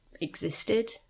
existed